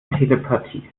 telepathie